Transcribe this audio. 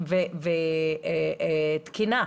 ותקינה.